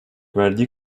verdiği